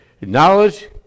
Knowledge